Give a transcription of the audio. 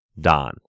Don